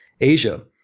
Asia